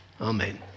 Amen